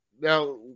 now